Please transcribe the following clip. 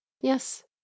Yes